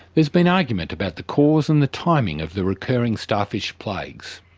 there's been argument about the cause and the timing of the recurring starfish plagues.